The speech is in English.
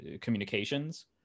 communications